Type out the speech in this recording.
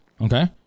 okay